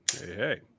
Hey